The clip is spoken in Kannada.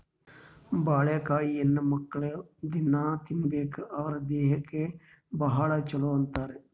ಬಾಳಿಕಾಯಿ ಹೆಣ್ಣುಮಕ್ಕ್ಳು ದಿನ್ನಾ ತಿನ್ಬೇಕ್ ಅವ್ರ್ ದೇಹಕ್ಕ್ ಭಾಳ್ ಛಲೋ ಅಂತಾರ್